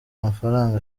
amafaranga